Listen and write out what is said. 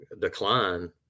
decline